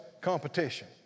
competition